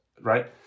Right